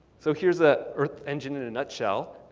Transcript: so here's the earth engine in a nutshell.